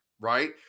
Right